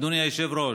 אדוני היושב-ראש,